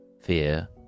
fear